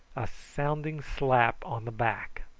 a sounding slap on the back.